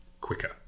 quicker